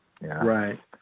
Right